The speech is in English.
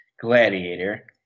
Gladiator